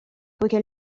poichè